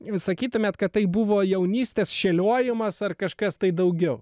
sakytumėt kad tai buvo jaunystės šėliojimas ar kažkas tai daugiau